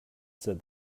said